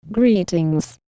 Greetings